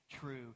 true